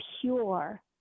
pure